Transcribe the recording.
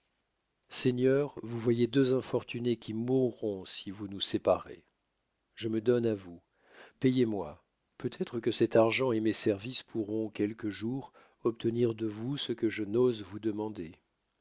seigneur vous voyez deux infortunés qui mourront si vous nous séparez je me donne à vous payez-moi peut-être que cet argent et mes services pourront quelque jour obtenir de vous ce que je n'ose vous demander